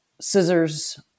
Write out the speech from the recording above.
scissors